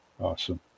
Awesome